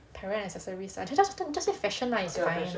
apparel and accessories then just say fashion lah it's fine